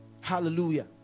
Hallelujah